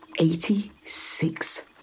Eighty-six